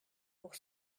pour